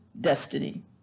destiny